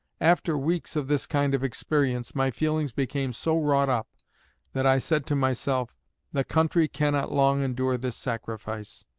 after weeks of this kind of experience my feelings became so wrought up that i said to myself the country cannot long endure this sacrifice.